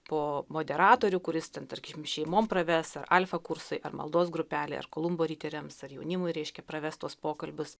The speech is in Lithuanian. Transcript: po moderatorių kuris ten tarkim šeimom praves ar alfa kursai ar maldos grupelė ar kolumbo riteriams ar jaunimui reiškia praves tuos pokalbius